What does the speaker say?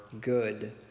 good